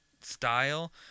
style